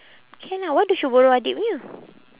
can ah why don't you borrow adiknya